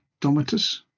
Domitus